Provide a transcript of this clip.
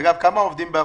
אגב, כמה מהמגזר